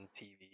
TV